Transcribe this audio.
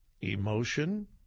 emotion